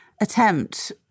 attempt